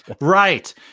right